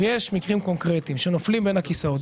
יש מקרים קונקרטיים שנופלים בין הכיסאות,